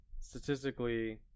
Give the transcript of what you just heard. Statistically